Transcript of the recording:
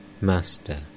Master